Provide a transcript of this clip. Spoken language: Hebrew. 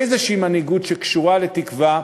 איזו מנהיגות שקשורה לתקווה,